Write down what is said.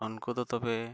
ᱩᱱᱠᱩ ᱫᱚ ᱛᱚᱵᱮ